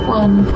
one